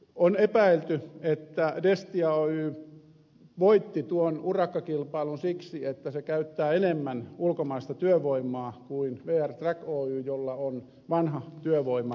on epäilty että destia oy voitti tuon urakkakilpailun siksi että se käyttää enemmän ulkomaista työvoimaa kuin vr track oy jolla on vanha työvoima kotimaasta